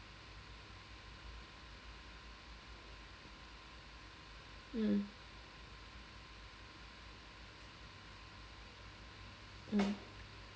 mm mm